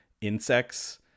insects